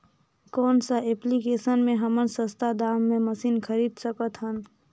कौन सा एप्लिकेशन मे हमन सस्ता दाम मे मशीन खरीद सकत हन?